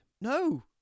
No